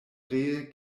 ree